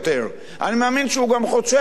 אני מאמין שהוא גם חושב שאפשר יותר.